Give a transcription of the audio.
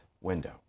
window